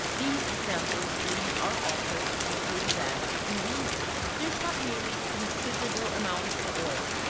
these examples lead our author to conclude that in women there is not merely a considerable amount of oil,